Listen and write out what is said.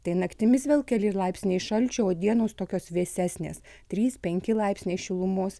tai naktimis vėl keli laipsniai šalčio o dienos tokios vėsesnės trys penkti laipsniai šilumos